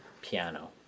piano